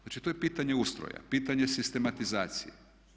Znači tu je pitanje ustroja, pitanje sistematizacije.